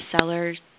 seller's